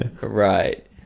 Right